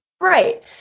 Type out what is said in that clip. Right